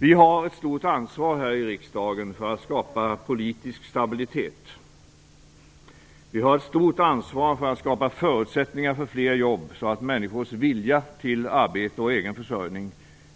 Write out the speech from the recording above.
Vi har ett stort ansvar här i riksdagen för att skapa politisk stabilitet. Vi har ett stort ansvar för att skapa förutsättningar för fler jobb, så att människors vilja till arbete och egen försörjning